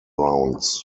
rounds